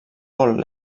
vol